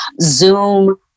zoom